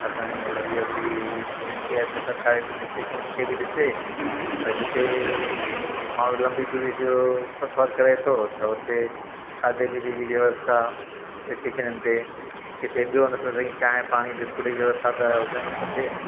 असांजी मतिलबु इअ बि वेनती आहे त सरकार हिननि स्टेशनिन खे बि ॾिसे भाई जिते माण्हू लंबी दूरे जो सफ़र करे थो त उते खाधे पीते जी व्यवस्था स्टेशन ते किथे ॿियो न त साईं चांहि पाणी बिस्कुट ई व्यवस्था त हुजणी खपे